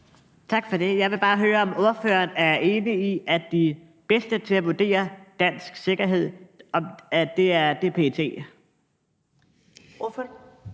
Tak for det. Jeg vil bare høre, om ordføreren er enig i, at de bedste til at vurdere dansk sikkerhed er PET. Kl.